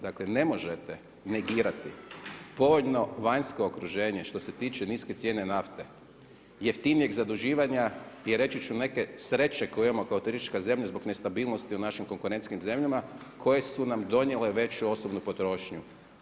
Dakle, ne možete negirati povoljno vanjsko okruženje što se tiče niske cijene nafte, jeftinijeg zaduživanja i reći ću neke sreće koju imamo kao turistička zemlja zbog nestabilnosti u našim konkurentskim zemljama koje su nam donijele veću osobnu potrošnju.